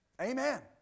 Amen